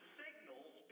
signals